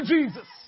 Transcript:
Jesus